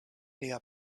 lia